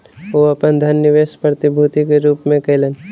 ओ अपन धन निवेश प्रतिभूति के रूप में कयलैन